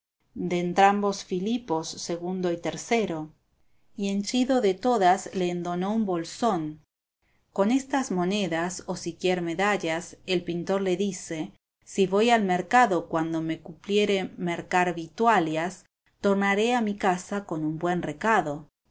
de entrambos filipos segundo y tercero y henchido de todas le endonó un bolsón con estas monedas o siquier medallas el pintor le dice si voy al mercado cuando me cumpliere mercar vituallas tornaré a mi casa con un buen recado